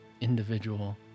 individual